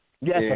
Yes